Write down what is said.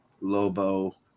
Lobo